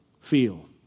feel